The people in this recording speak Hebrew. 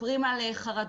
מספרים על חרדות,